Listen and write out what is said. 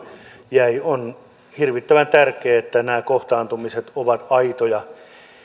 jäi on hirvittävän tärkeää että nämä kohtaantumiset ovat aitoja